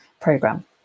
program